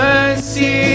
Mercy